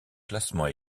classement